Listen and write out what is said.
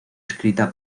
escrita